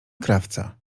krawca